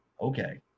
okay